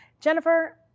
Jennifer